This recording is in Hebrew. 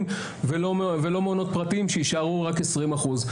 ולא מעונות פרטיים שיישארו רק עשרים אחוז.